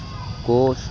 گوشت